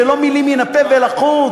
אלה לא מילים מן הפה ולחוץ,